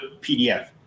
PDF